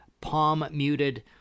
palm-muted